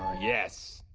yes.